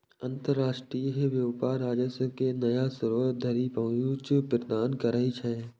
अंतरराष्ट्रीय व्यापार राजस्व के नया स्रोत धरि पहुंच प्रदान करै छै